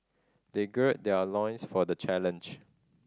they gird their loins for the challenge